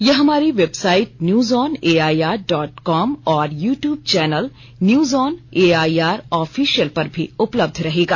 यह हमारी website news on AIR dot com और YouTube channel news on AIR official पर भी उपलब्धन रहेगा